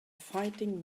fighting